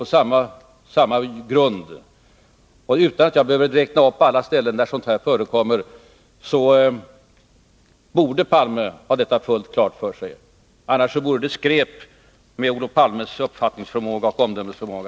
Det borde Olof Palme ha klart för sig även om jag inte räknar upp alla länder där sådant trampas under fötterna. Annars vore det skräp med Olof Palmes uppfattningsoch omdömesförmåga.